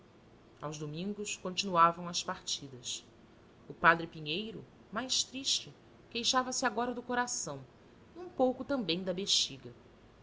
aos domingos continuavam as partidas o padre pinheiro rnais triste queixava-se agora do coração e um pouco também da bexiga